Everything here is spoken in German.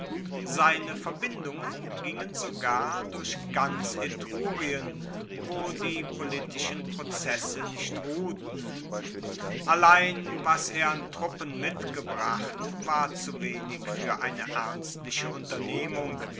seine verbindungen gingen sogar durch ganz etrurien wo die politischen prozesse nicht ruhten allein was er an truppen mitgebracht war zu wenig fuer eine ernstliche unternehmung